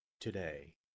today